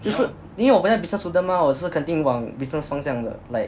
不是因为我们是 business student mah 我是肯定往 business 方向的 like